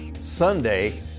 sunday